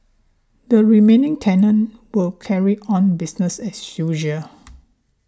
the remaining tenant will carry on business as usual